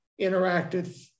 interacted